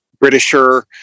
Britisher